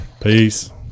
peace